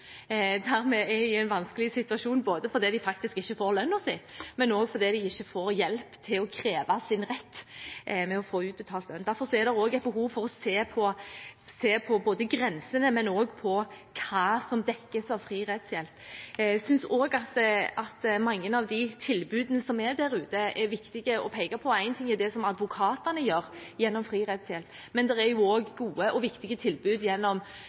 er i en vanskelig situasjon – både fordi de faktisk ikke får lønnen sin, og fordi de ikke får hjelp til å kreve sin rett til å få utbetalt lønn. Derfor er det et behov for å se på grensene, men også på hva som dekkes av fri rettshjelp. Jeg synes også det er viktig å peke på mange av de tilbudene som er der ute. Én ting er det som advokatene gjør gjennom fri rettshjelp, men det er også gode og viktige tilbud gjennom